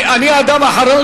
אני האדם האחרון